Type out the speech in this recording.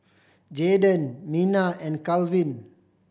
Jaeden Minna and Kalvin